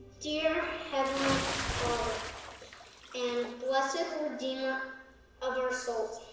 dear heavenly father and blessed ah redeemer of our souls,